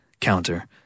counter